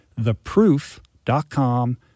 theproof.com